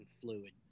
fluid